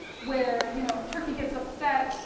where, you know, turkey gets upset,